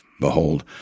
behold